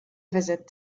visit